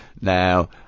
Now